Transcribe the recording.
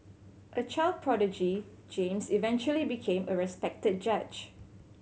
a child prodigy James eventually became a respected judge